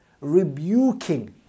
rebuking